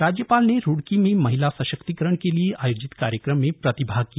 राज्यपाल ने रूड़की में महिला सशक्तिकरण के लिए आयोजित कार्यक्रम में प्रतिभाग किया